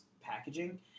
packaging